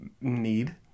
need